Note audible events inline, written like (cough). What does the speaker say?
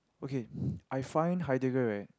okay (breath) I find Heidegger right